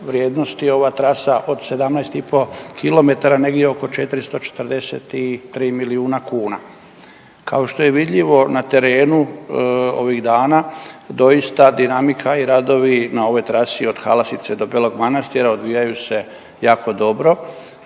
vrijednosti je ova trasa od 17,5 kilometara negdje oko 443 milijuna kuna. Kao što je vidljivo na terenu ovih dana doista dinamika i radovi na ovoj trasi od Halastice do Belog Manastira odvijaju se jako dobro.